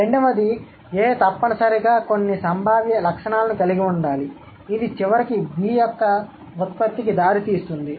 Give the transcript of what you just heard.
రెండవది A తప్పనిసరిగా కొన్ని సంభావ్య లక్షణాలను కలిగి ఉండాలి ఇది చివరికి B యొక్క ఉత్పత్తికి దారి తీస్తుంది